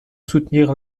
soutenir